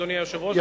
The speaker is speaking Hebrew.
אדוני היושב-ראש,